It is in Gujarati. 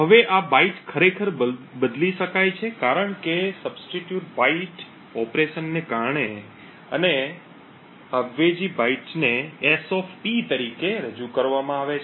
હવે આ બાઈટ ખરેખર બદલી શકાય છે કારણ કે અવેજી બાઇટ ઓપરેશનને કારણે અને અવેજી બાઇટને SP તરીકે રજૂ કરવામાં આવે છે